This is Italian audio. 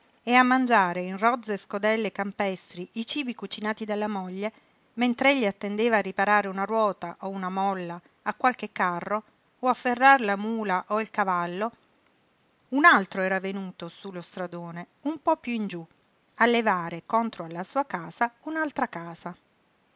e a mangiare in rozze scodelle campestri i cibi cucinati dalla moglie mentr'egli attendeva a riparare una ruota o una molla a qualche carro o a ferrar la mula o il cavallo un altro era venuto su lo stradone un po piú in giú a levare contro alla sua casa un'altra casa